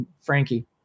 Frankie